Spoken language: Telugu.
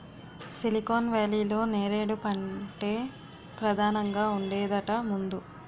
సిలికాన్ వేలీలో నేరేడు పంటే పదానంగా ఉండేదట ముందు